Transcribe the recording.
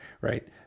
right